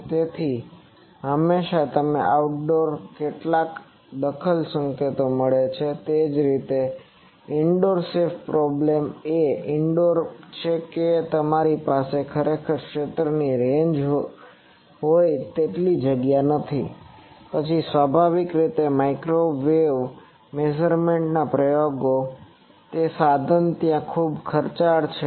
તેથી હંમેશાં તમને આઉટડોરમાં કેટલાક દખલ સંકેતો મળે છે તે જ રીતે ઈન્ડોર સેફ પ્રોબ્લેમ એ ઇન્ડોરમાં છે કે તમારી પાસે ખરેખર કોઈ ક્ષેત્રની રેન્જ હોય તેટલી જગ્યા નથી પછી સ્વાભાવિક રીતે માઇક્રોવેવ મેઝરમેન્ટ પ્રયોગો તે સાધન ત્યાં ખૂબ ખર્ચાળ છે